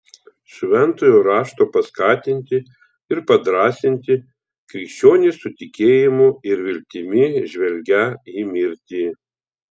šventojo rašto paskatinti ir padrąsinti krikščionys su tikėjimu ir viltimi žvelgią į mirtį